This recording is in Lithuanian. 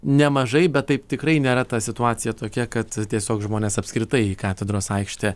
nemažai bet taip tikrai nėra ta situacija tokia kad tiesiog žmonės apskritai į katedros aikštę